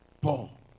Paul